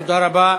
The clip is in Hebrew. תודה רבה.